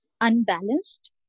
unbalanced